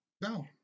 No